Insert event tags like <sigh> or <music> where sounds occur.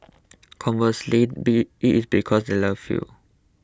conversely <unintelligible> it is because they love you